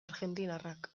argentinarrak